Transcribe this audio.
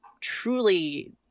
truly